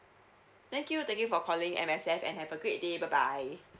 thank you thank you for calling M_S_F and have a great day bye bye